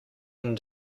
can